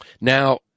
Now